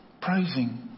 praising